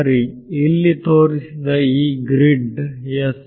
ಸರಿ ಇಲ್ಲಿ ತೋರಿಸಿದ ಈ ಗ್ರಿಡ್ S